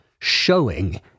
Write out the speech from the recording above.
showing